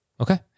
Okay